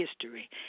history